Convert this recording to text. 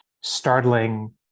startling